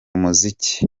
muziki